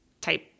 type